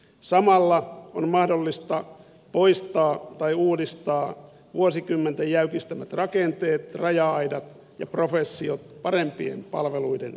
samalla on mahdollista poistaa tai uudistaa vuosikymmenten jäykistämät rakenteet raja aidat ja professiot parempien palveluiden tieltä